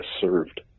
served